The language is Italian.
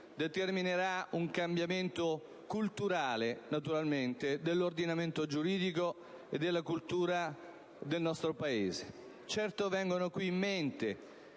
determinerà un cambiamento culturale dell'ordinamento giuridico e della cultura del nostro Paese. Certo viene in mente